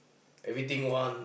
everything want